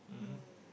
um